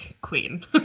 queen